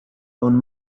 own